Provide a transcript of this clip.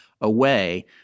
away